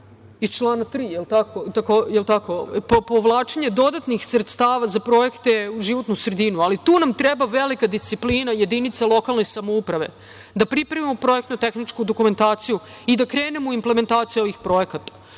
iz člana 3 – povlačenje dodatnih sredstava za projekte za životnu sredinu, ali tu nam treba velika disciplina jedinica lokalne samouprave da pripremimo projektno – tehničku dokumentaciju i da krenemo u implementaciju ovih projekata. Rekla